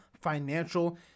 financial